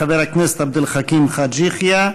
חבר הכנסת עבד אל חכים חאג' יחיא,